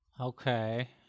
Okay